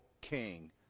king